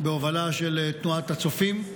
בהובלה של תנועת הצופים,